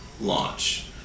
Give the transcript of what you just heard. launch